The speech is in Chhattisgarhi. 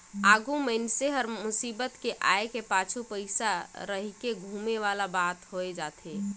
आघु मइनसे हर मुसीबत के आय के पाछू पइसा रहिके धुमे वाला बात होए जाथे